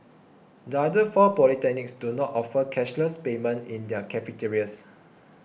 the other four polytechnics do not offer cashless payment in their cafeterias